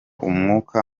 umwuka